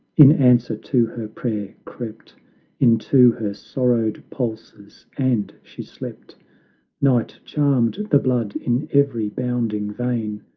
in answer to her prayer, crept into her sorrowed pulses, and she slept night charmed the blood in every bounding vein,